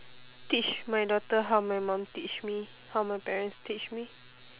teach my daughter how my mum teach me how my parents teach me